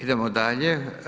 Idemo dalje.